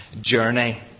journey